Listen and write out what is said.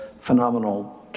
phenomenal